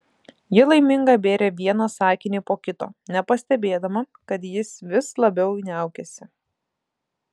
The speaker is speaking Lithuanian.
ji laiminga bėrė vieną sakinį po kito nepastebėdama kad jis vis labiau niaukiasi